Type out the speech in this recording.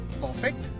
perfect